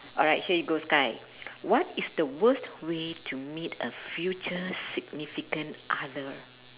alright here you go sky what is the worst way to meet a future significant other